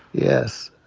yes.